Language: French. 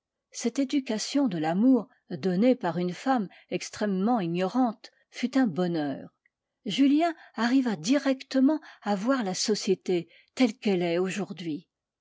cette éducation de l'amour donnée par une femme extrêmement ignorante fut un bonheur julien arriva directement à voir la société telle qu'elle est aujourd'hui